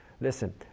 Listen